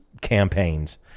campaigns